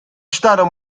stato